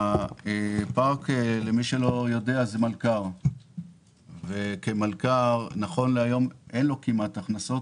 הפארק הוא מלכ"ר ולכן נכון להיום אין לו כמעט הכנסות.